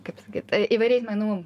kaip pasakyt įvairiais menų